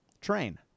train